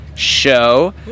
show